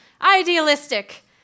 idealistic